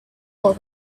all